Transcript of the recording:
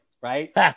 right